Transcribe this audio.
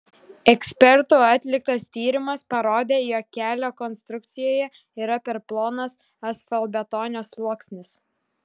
ekspertų atliktas tyrimas parodė jog kelio konstrukcijoje yra per plonas asfaltbetonio sluoksnis